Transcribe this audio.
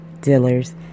Dealer's